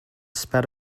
spat